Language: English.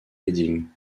readings